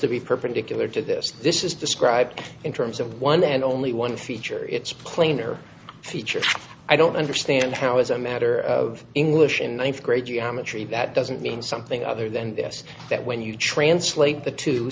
to be perpendicular to this this is described in terms of one and only one feature it's cleaner features i don't understand how as a matter of english in once great geometry that doesn't mean something other than this that when you translate the t